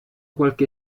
qualche